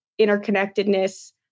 interconnectedness